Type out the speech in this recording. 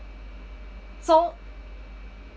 so